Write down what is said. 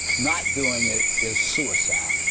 not doing it is suicide.